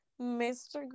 mr